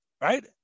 right